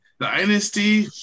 dynasty